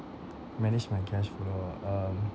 manage my cashflow um